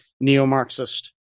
neo-Marxist